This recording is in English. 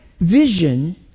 vision